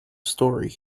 story